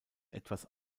etwas